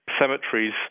cemeteries